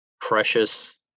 precious